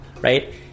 right